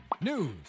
news